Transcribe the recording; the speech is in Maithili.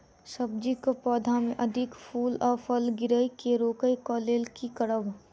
सब्जी कऽ पौधा मे अधिक फूल आ फूल गिरय केँ रोकय कऽ लेल की करब?